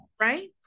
Right